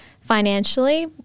Financially